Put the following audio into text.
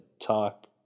talk